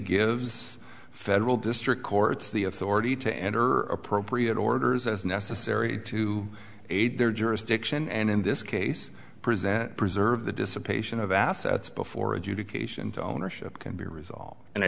gives federal district courts the authority to enter appropriate orders as necessary to aid their jurisdiction and in this case present preserve the dissipation of assets before adjudication to ownership can be resolved and i